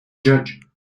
judge